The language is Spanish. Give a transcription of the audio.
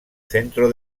centro